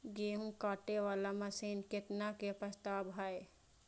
गेहूँ काटे वाला मशीन केतना के प्रस्ताव हय?